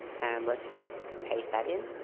and let's just paste that in